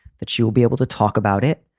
that she will be able to talk about it,